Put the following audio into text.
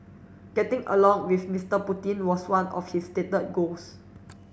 getting along with Mister Putin was one of his stated goals